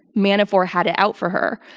manafort had it out for her.